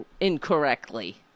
incorrectly